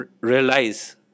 realize